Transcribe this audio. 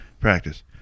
practice